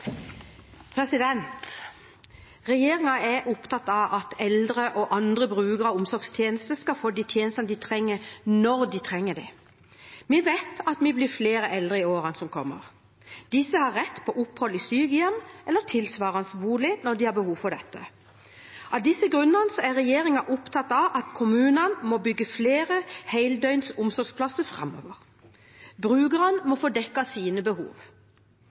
tjenestene de trenger når de trenger det. Vi vet at det blir flere eldre i årene som kommer. Disse har rett til opphold i sykehjem eller tilsvarende bolig når de har behov for det. Av disse grunner er regjeringen opptatt av at kommunene må bygge flere heldøgns omsorgsplasser framover. Brukerne må få dekket sine behov.